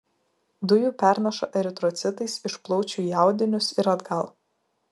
dujų pernaša eritrocitais iš plaučių į audinius ir atgal